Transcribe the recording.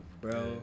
bro